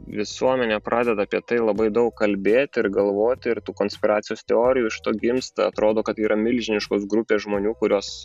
visuomenė pradeda apie tai labai daug kalbėti ir galvoti ir tų konspiracijos teorijų iš to gimsta atrodo kad yra milžiniškos grupės žmonių kurios